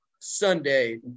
Sunday